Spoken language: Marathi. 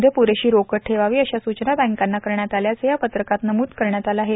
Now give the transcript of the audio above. मध्ये पुरेशी रोकड ठेवावी अशा सूचना बँकांना करण्यात आल्याचे या पत्रकात नमूद करण्यात आले आहे